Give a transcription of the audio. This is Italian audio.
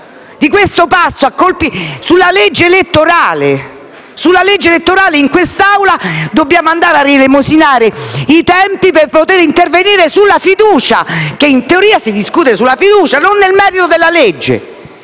Di questo passo, sulla legge elettorale, in quest'Aula dobbiamo andare a elemosinare i tempi per potere intervenire sulla fiducia, perché in teoria si discute sulla fiducia, e non nel merito della legge!